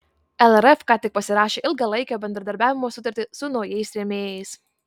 lrf ką tik pasirašė ilgalaikio bendradarbiavimo sutartį su naujais rėmėjais